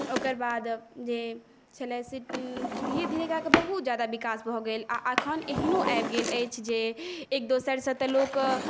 ओकर बाद जे छलै से धीरे धीरे कऽ कऽ बहुत ज्यादा विकास भऽ गेल आओर एखन एहनो आबि गेल अछि जे एक दोसरसँ तऽ लोक